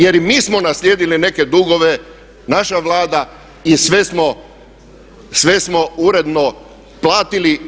Jer i mi smo naslijedili neke dugove naša Vlada i sve smo uredno platili.